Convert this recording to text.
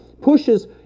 pushes